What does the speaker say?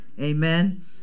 Amen